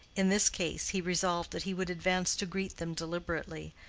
in this case, he resolved that he would advance to greet them deliberately,